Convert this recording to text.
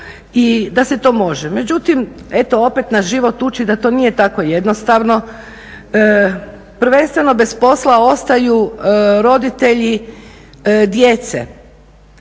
i da se to može. Međutim, eto opet nas život uči da to nije tako jednostavno. Prvenstveno bez posla ostaju roditelji djece.